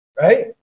right